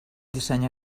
dissenya